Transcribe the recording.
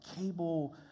cable